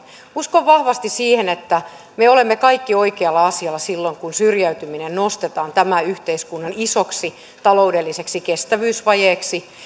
uskon vahvasti siihen että me olemme kaikki oikealla asialla silloin kun syrjäytyminen nostetaan tämän yhteiskunnan isoksi taloudelliseksi kestävyysvajeeksi